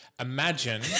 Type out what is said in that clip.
Imagine